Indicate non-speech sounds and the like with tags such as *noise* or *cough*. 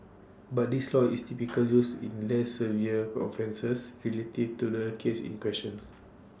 but this law is *noise* typically used in less severe offences relative to the case in questions